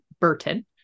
Burton